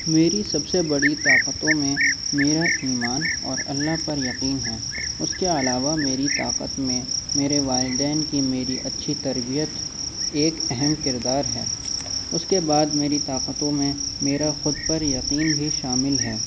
میری سب سے بڑی طاقتوں میں میرا ایمان اور اللہ پر یقین ہے اس کے علاوہ میری طاقت میں میرے والدین کی میری اچھی تربیت ایک اہم کردار ہے اس کے بعد میری طاقتوں میں میرا خود پر یقین بھی شامل ہے